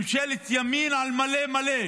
ממשלת ימין על מלא מלא,